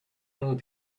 and